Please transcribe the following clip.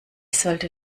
sollte